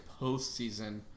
postseason